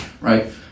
right